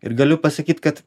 ir galiu pasakyt kad